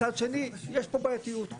מצד שני יש פה בעייתיות,